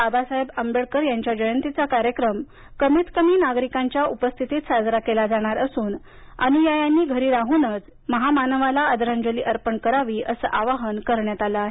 बाबासाहेब आंबेडकर यांच्या जयंतीचा कार्यक्रम कमीत कमी नागरिकांच्या उपस्थितीत साजरा केला जाणार असून अनुयायांनी घरी राहूनच महामानवाला आदरांजली अर्पण करावी असं आवाहन करण्यात आलं आहे